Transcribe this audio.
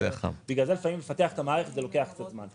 בגלל זה לפעמים לפתח את המערכת זה לוקח קצת זמן.